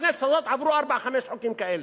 בכנסת הזאת עברו ארבעה-חמישה חוקים כאלה.